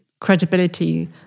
credibility